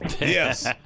Yes